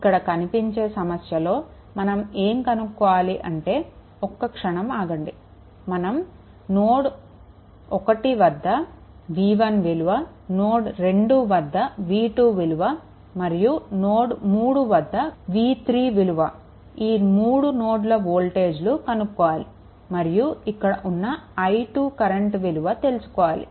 ఇక్కడ కనిపించే సమస్యలో మనం ఏం కనుక్కోవాలి అంటే ఒక్క క్షణం ఆగండి మనం నోడ్1 వద్ద v1 విలువ నోడ్2 వద్ద v2 విలువ మరియు నోడ్3 వద్ద v3 విలువ ఈ 3 నోడ్ల వోల్టేజ్లు కనుక్కోవాలి మరియు ఇక్కడ ఉన్న i2 కరెంట్ విలువ తెలుసుకోవాలి